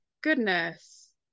goodness